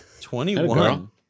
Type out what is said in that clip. Twenty-one